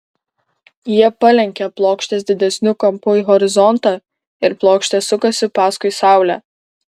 jie palenkia plokštes didesniu kampu į horizontą ir plokštės sukasi paskui saulę